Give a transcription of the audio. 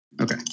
Okay